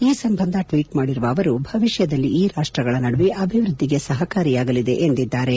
ಈ ಸಂಬಂಧ ಟ್ವೀಟ್ ಮಾಡಿರುವ ಅವರು ಭವಿಷ್ಣದಲ್ಲಿ ಈ ರಾಷ್ಟಗಳ ನಡುವೆ ಅಭಿವೃದ್ದಿಗೆ ಸಹಕಾರಿಯಾಗಲಿದೆ ಎಂದು ಹೇಳಿದ್ದಾರೆ